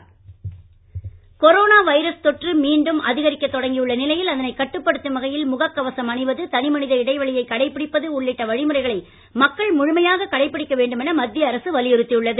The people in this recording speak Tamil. கொரோனா விழிப்புணர்வு கொரோனா வைரஸ் தொற்று மீண்டும் அதிகரிக்க தொடங்கியுள்ள நிலையில் அதனை கட்டுப்படுத்தும் வகையில் முக கவசம் அணிவது தனிமனித இடைவெளியை கடைபிடிப்பது உள்ளிட்ட வழிமுறைகளை மக்கள் முழுமையாக கடைபிடிக்க வேண்டும் என மத்திய அரசு வலியுறுத்தியுள்ளது